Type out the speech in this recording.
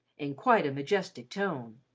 in quite a majestic tone.